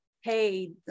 hey